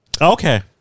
Okay